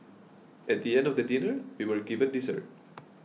at the end of dinner we were given dessert